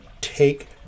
take